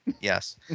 Yes